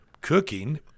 cooking